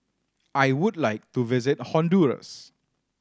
I would like to visit Honduras